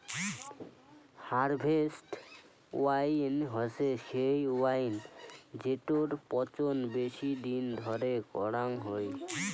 harvest wine হসে সেই wine জেটোর পচন বেশি দিন ধরে করাং হই